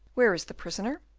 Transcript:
where is the prisoner?